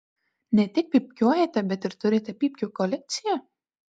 ne tik pypkiuojate bet ir turite pypkių kolekciją